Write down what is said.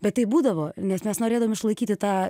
bet taip būdavo nes mes norėdavom išlaikyti tą